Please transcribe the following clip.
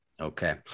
Okay